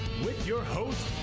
with your host,